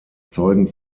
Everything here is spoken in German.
zeugen